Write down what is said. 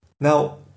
Now